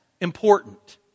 important